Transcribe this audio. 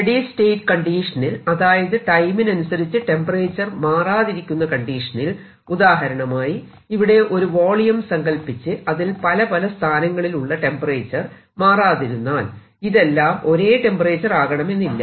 steady state കണ്ടീഷനിൽ അതായത് ടൈമിനനുസരിച്ച് ടെമ്പറേച്ചർ മാറാതിരിക്കുന്ന കണ്ടീഷനിൽ ഉദാഹരണമായി ഇവിടെ ഒരു വോളിയം സങ്കൽപ്പിച്ച് അതിൽ പല പല സ്ഥാനങ്ങളിൽ ഉള്ള ടെമ്പറേച്ചർ മാറാതിരുന്നാൽ ഇതെല്ലം ഒരേ ടെമ്പറേച്ചർ ആകണമെന്നില്ല